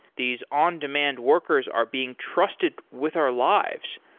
these on-demand workers are being trusted with our lives.